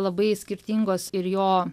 labai skirtingos ir jo